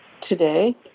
today